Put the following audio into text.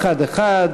אחד-אחד,